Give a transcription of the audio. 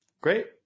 Great